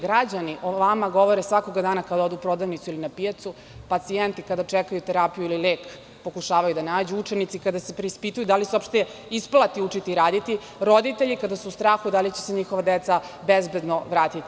Građani o vama govore svakoga dana, kada odu u prodavnicu ili na pijacu, pacijenti kada čekaju terapiju ili pokušavaju da nađu lek, učenici kada se preispituju da li se uopšte isplati učiti i raditi, roditelji kada su u strahu da li će se njihova deca bezbedno vratiti.